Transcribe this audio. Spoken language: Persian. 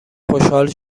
خوشحال